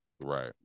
right